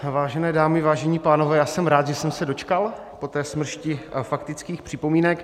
Vážené dámy, vážení pánové, já jsem rád, že jsem se dočkal po té smršti faktických připomínek.